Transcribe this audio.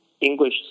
English